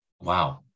Wow